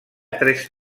tres